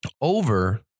over